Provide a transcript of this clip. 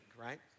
right